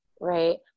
right